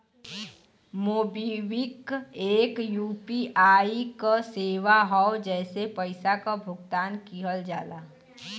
MobiKwik एक UPI क सेवा हौ जेसे पइसा क भुगतान किहल जाला